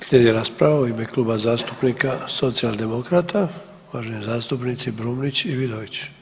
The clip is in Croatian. Slijedi rasprava u ime Kluba zastupnika socijaldemokrata, uvaženi zastupnici Brumnić i Vidović.